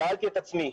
שאלתי את עצמי: